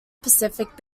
pacific